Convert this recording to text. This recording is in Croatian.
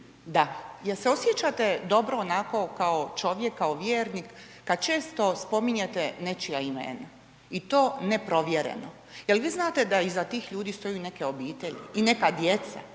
Je li se osjećate dobro onako kao čovjek, kao vjernik kada često spominjete nečija imena i to neprovjereno? Je li vi znate da iza tih ljudi stoje neke obitelji i neka djeca?